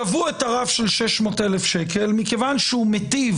קבעו רף זה מכיוון שהוא מטיב